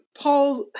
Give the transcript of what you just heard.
Paul's